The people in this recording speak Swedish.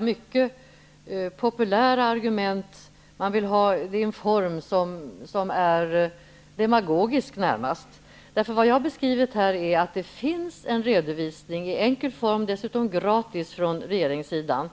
mycket populära argument i närmast demagogisk form. Det finns en redovisning, som jag berättade, i enkel form, dessutom gratis, från regeringssidan.